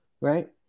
right